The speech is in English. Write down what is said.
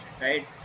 right